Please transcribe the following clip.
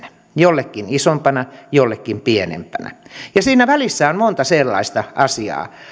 jollekin isompana jollekin pienempänä ja siinä välissä on monta sellaista asiaa